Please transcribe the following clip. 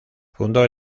fundó